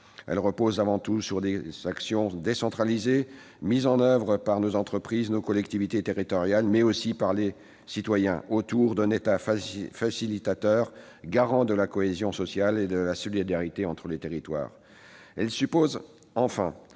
elle repose avant tout sur des actions décentralisées, mises en oeuvre par nos entreprises et nos collectivités territoriales, mais aussi par les citoyens, autour d'un État facilitateur, garant de la cohésion sociale et de la solidarité entre les territoires